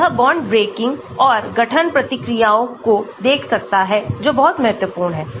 तो यह bond breaking और गठन प्रतिक्रियाओं को देख सकता है जो बहुत महत्वपूर्ण है